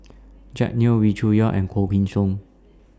Jack Neo Wee Cho Yaw and Koh Gain Song